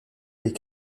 les